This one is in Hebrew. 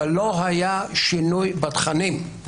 אבל לא היה שינוי בתכנים.